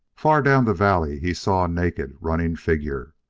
far down the valley he saw a naked, running figure.